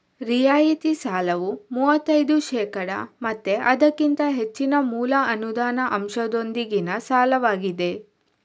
ರಿಯಾಯಿತಿ ಸಾಲವು ಮೂವತ್ತೈದು ಶೇಕಡಾ ಮತ್ತೆ ಅದಕ್ಕಿಂತ ಹೆಚ್ಚಿನ ಮೂಲ ಅನುದಾನ ಅಂಶದೊಂದಿಗಿನ ಸಾಲವಾಗಿದೆ